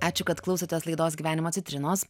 ačiū kad klausotės laidos gyvenimo citrinos